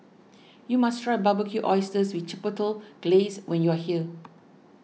you must try Barbecued Oysters with Chipotle Glaze when you are here